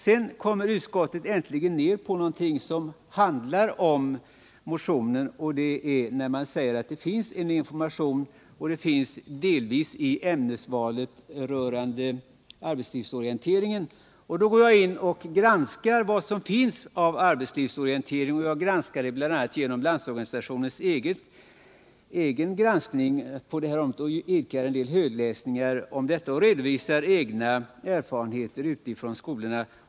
Sedan kommer utskottet äntligen fram till någonting som handlar om motionen, nämligen att det vid ämnesvalet delvis förekommer en information rörande arbetslivsorientering. Då gick jag in och granskade vad som finns av arbetslivsorientering. Jag gjorde det bl.a. genom att redogöra för Landsorganisationens egen granskning på detta område. Jag idkade en del högläsning och redovisade egna erfarenheter från skolorna.